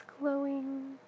glowing